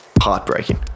heartbreaking